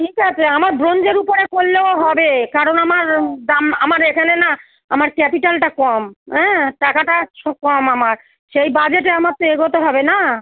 ঠিক আছে আমার ব্রোঞ্জের উপরে করলেও হবে কারণ আমার দাম আমার এখানে না আমার ক্যাপিটালটা কম অ্যাঁ টাকাটা সব কম আমার সেই বাজেটে আমার তো এগোতে হবে না